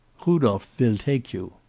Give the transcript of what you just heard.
rudolph vill take you.